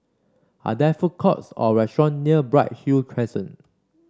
are there food courts or restaurant near Bright Hill Crescent